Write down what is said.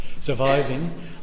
surviving